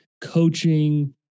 coaching